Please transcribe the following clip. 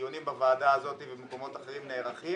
הדיונים בוועדה הזאת ובמקומות אחרים נערכים